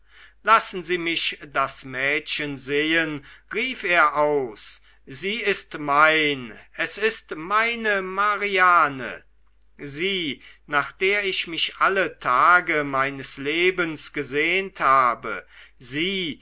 lassen sie mich das mädchen sehen rief er aus sie ist mein es ist meine mariane sie nach der ich mich alle tage meines lebens gesehnt habe sie